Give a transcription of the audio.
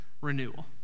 renewal